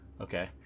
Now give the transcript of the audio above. okay